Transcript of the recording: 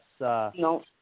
no